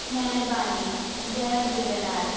महिरबानी जय झूलेलाल